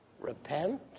Repent